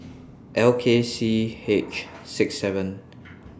L K C H six Z